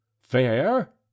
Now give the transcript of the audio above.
fair